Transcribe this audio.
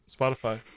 Spotify